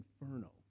inferno